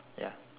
ya